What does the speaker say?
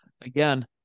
again